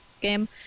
game